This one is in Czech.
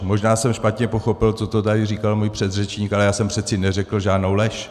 Možná jsem špatně pochopil to, co tady říkal můj předřečník, ale já jsem přece neřekl žádnou lež.